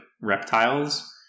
reptiles